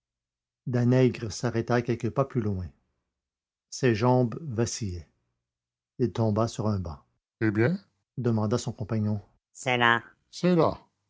danègre s'arrêta quelques pas plus loin ses jambes vacillaient il tomba sur un banc eh bien demanda son compagnon c'est là c'est